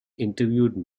interviewed